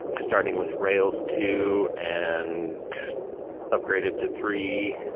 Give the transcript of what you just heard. starting with rails two and upgraded to three.